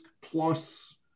plus